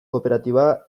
kooperatiba